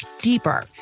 deeper